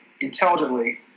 intelligently